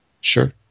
sure